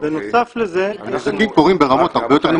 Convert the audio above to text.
אנחנו רק צריכים לוודא שהטכנולוגיה